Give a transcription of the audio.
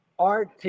RT